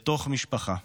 בתוך משפחה.